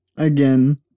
Again